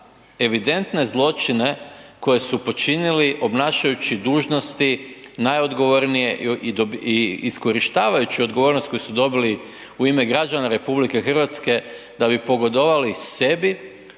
evidentne zločine koje su počinili obnašajući dužnosti najodgovornije i iskorištavajući odgovornost koju su dobili u ime građana RH da bi pogodovali sebi,